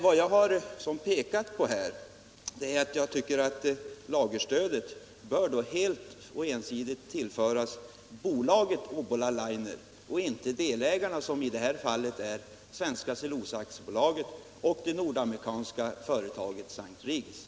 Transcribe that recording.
Vad jag har pekat på är att lagerstödet bör helt tillföras bolaget Obbola Linerboard och inte delägarna, som i det här fallet är Svenska Cellulosa AB och det nordamerikanska S:t Regis Paper Board.